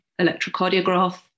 electrocardiograph